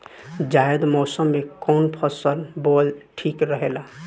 जायद मौसम में कउन फसल बोअल ठीक रहेला?